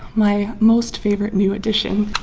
my most favorite new addition